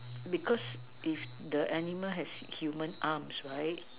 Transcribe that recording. because if the animal has human arms right